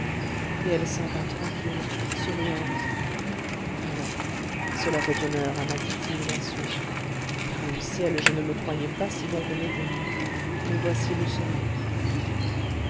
et elle s'en va tranquille souriante allons cela fait honneur à ma dissimulation par le ciel je ne me croyais pas si bon comédien mais voici